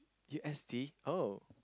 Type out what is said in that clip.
U_S_D oh